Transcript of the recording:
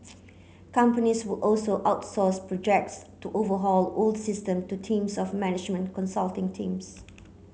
companies would also outsource projects to overhaul old system to teams of management consulting teams